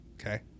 Okay